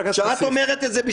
כשאת אומרת את זה,